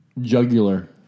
Jugular